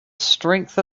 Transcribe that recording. strength